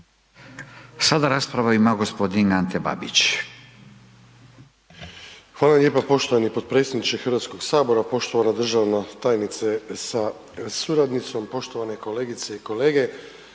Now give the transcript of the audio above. Sada raspravu ima g. Ante Babić.